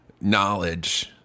knowledge